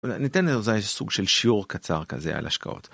ניתן לזה איזה סוג של שיעור קצר כזה על השקעות.